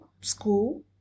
school